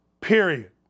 Period